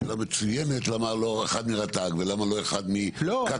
שאלה מצוינת, למה לא אחד מרט"ג ולמה לא אחד מקק"ל.